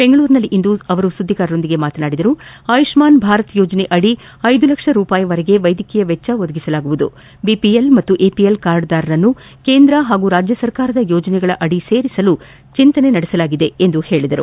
ಬೆಂಗಳೂರಿನಲ್ಲಿಂದು ಸುದ್ದಿಗಾರರೊಂದಿಗೆ ಮಾತನಾಡಿದ ಅವರುಆಯುಷ್ಮನ್ ಭಾರತ್ ಯೋಜನೆಯಡಿ ಐದು ಲಕ್ಷ ರೂಪಾಯಿವರೆಗೆ ವೈದ್ಯಕೀಯ ವೆಚ್ಚ ಒದಗಿಸಲಾಗುವುದು ಬಿಪಿಎಲ್ ಹಾಗೂ ಎಪಿಲ್ ಕಾರ್ಡ್ದಾರರನ್ನು ಕೇಂದ್ರ ಹಾಗೂ ರಾಜ್ಯಸರ್ಕಾರದ ಯೋಜನೆಗಳಡಿ ಸೇರಿಸಲು ಚಿಂತನೆ ನಡೆಸಲಾಗಿದೆ ಎಂದು ಹೇಳಿದರು